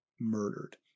murdered